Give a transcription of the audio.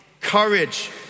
Courage